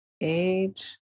age